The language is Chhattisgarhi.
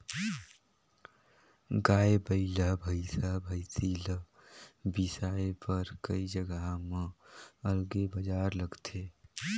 गाय, बइला, भइसा, भइसी ल बिसाए बर कइ जघा म अलगे बजार लगथे